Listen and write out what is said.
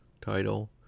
title